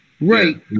Right